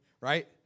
Right